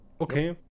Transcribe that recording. Okay